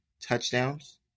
touchdowns